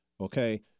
okay